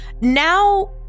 now